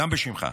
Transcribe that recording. גם בשמך,